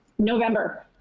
November